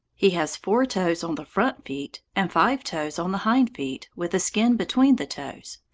he has four toes on the front feet, and five toes on the hind feet, with a skin between the toes.